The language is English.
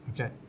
Okay